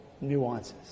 nuances